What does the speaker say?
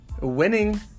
Winning